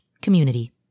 community